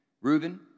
Reuben